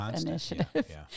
initiative